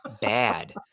bad